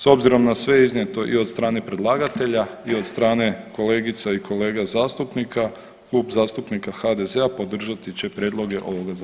S obzirom na sve iznijeto i od strane predlagatelja i od strane kolegica i kolega zastupnika Klub zastupnika HDZ-a podržati će prijedloge ovoga zakona.